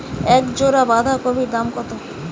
এক জোড়া বাঁধাকপির দাম কত?